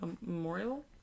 memorial